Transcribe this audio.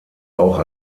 auch